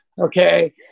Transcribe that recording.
okay